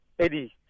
Eddie